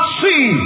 see